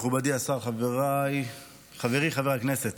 מכובדי השר, חברי חבר הכנסת